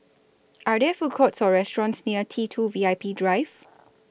Are There Food Courts Or restaurants near T two V I P Drive